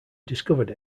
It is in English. discovered